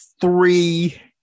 three